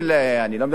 אני לא מדבר אתך כרגע,